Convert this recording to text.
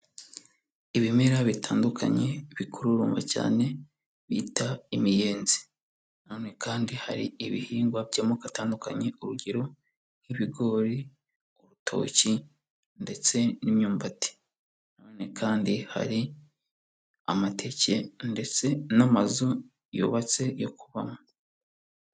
Ibimera bitandukanye bikururumba cyane bita imiyenzi na none kandi hari ibihingwa by'amoko atandukanye, urugero nk'ibigori, urutoki ndetse n'imyumbati na none kandi hari amateke ndetse n'amazu yubatse yo kubamo.